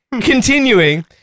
continuing